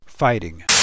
Fighting